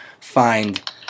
find